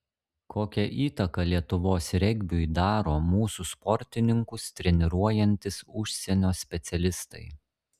kokią įtaką lietuvos regbiui daro mūsų sportininkus treniruojantys užsienio specialistai